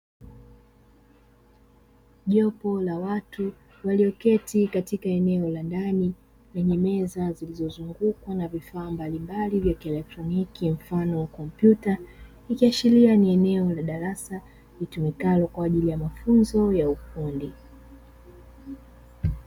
Jopo la watu, walioketi katika eneo la ndani lenye meza, zilizozungukwa na vifaa mbalimbali vya kielectroniki mfano wa kompyuta. Ikiashiria ni eneo la darasa litumikalo kwa ajili ya mafunzo ya ufundi.